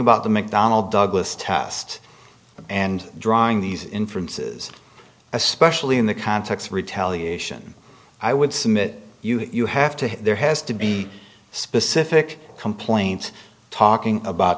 about the mcdonnell douglas test and drawing these inference is especially in the context of retaliation i would submit you have to there has to be specific complaint talking about